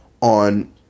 on